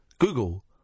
Google